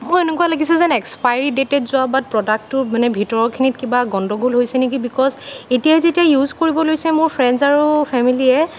মোৰ এনেকুৱা লাগিছে যেন এক্সপায়ৰী ডে'টেড যোৱা বা প্ৰডাক্টটোৰ মানে ভিতৰৰখিনিত কিবা গণ্ডগোল হৈছে নেকি বিকজ এতিয়া যেতিয়া ইউজ কৰিব লৈছে মোৰ ফ্ৰেণ্ডজ আৰু ফেমিলিয়ে